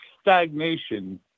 stagnation